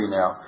now